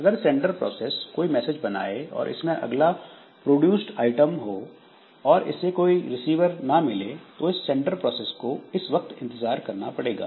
अगर sender process कोई message बनाए और उसमें अगला प्रोड्यूस्ड आइटम हो और इसे कोई रिसीवर ना मिले तो उस सेंडर प्रोसेस को इस वक्त इंतजार करना पड़ेगा